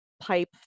pipe